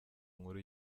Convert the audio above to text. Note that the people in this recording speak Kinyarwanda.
nkuru